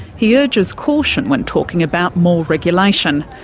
he urges caution when talking about more regulation.